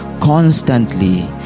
constantly